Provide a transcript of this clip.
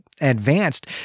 advanced